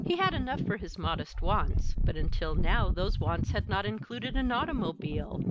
he had enough for his modest wants, but until now those wants had not included an automobile